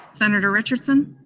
senator richardson?